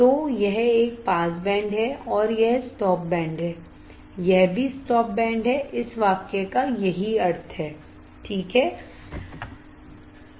तो यह एक पास बैंड है और यह स्टॉप बैंड है यह भी स्टॉप बैंड है इस वाक्य का यही अर्थ है